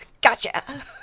Gotcha